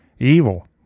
Evil